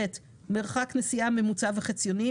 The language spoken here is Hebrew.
מרחק נסיעה ממוצע וחציוני,